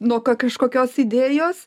nuo kažkokios idėjos